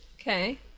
Okay